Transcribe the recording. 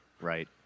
Right